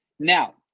Now